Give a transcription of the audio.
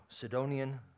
Sidonian